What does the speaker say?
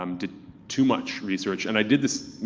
um did too much research, and i did this.